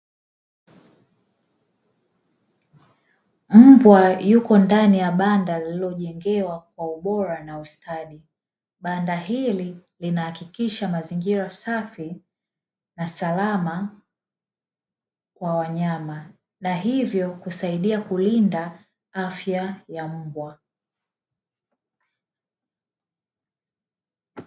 Mbwa yuko ndani ya banda lililo jengewa kwa ubora na ustadi, banda hili linahakikisha mazingira safi na salama kwa wanyama, na hivyo husaidia kulinda afya ya mbwa.